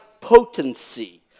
potency